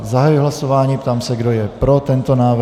Zahajuji hlasování a ptám se, kdo je pro tento návrh.